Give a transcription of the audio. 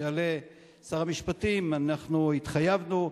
ויעלה שר המשפטים: אנחנו התחייבנו,